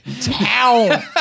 town